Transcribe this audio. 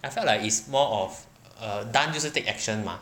I felt like it's more of a done 就是 take action mah